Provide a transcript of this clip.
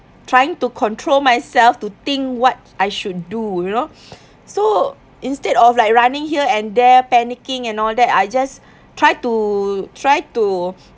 trying to control myself to think what I should do you know so instead of like running here and there panicking and all that I just try to try to